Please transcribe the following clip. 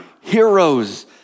heroes